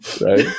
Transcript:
right